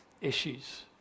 issues